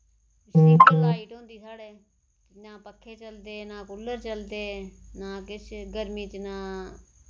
single light होंदी साढ़ै ना पक्खे चलदे ना कूलर चलदे ना किश गर्मी च ना